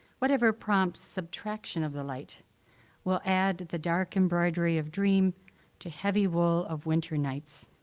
whatever prompts subtraction of the light will add the dark embroidery of dream to heavy wool of winter nights.